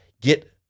get